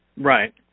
Right